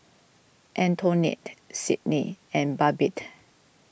Antonette Sydnie and Babette